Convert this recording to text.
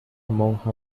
monja